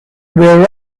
where